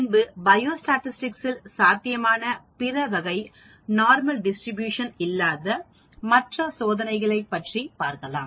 பின்பு பயோஸ்டாடிஸ்டிக்ஸில் சாத்தியமான பிற வகை நார்மல் டிஸ்ட்ரிபியூஷன் இல்லாத மற்ற சோதனைகளைப் பற்றி பார்க்கலாம்